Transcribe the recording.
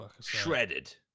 shredded